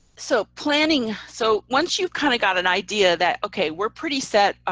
so planning. so once you've kind of got an idea that, okay, we're pretty set.